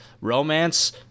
romance